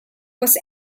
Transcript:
was